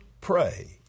pray